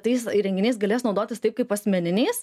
tais įrenginiais galės naudotis taip kaip asmeniniais